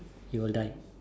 you'll die